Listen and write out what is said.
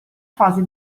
fase